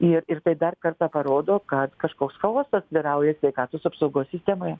ir ir tai dar kartą parodo kad kažkoks chaosas vyrauja sveikatos apsaugos sistemoje